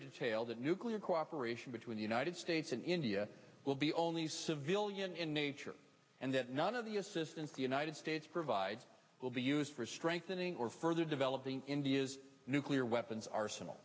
that nuclear cooperation between the united states and india will be only civilian in nature and that none of the assistance the united states provide will be used for strengthening or further developing india's nuclear weapons arsenal